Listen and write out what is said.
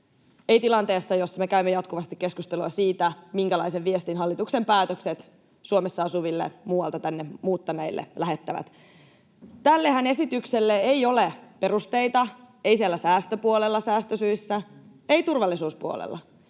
ei tilanteessa, jossa me käymme jatkuvasti keskustelua siitä, minkälaisen viestin hallituksen päätökset Suomessa asuville muualta tänne muuttaneille lähettävät. Tällehän esityksellehän ei ole perusteita, ei siellä säästöpuolella, säästösyissä, ei turvallisuuspuolella.